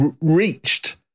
reached